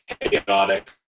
chaotic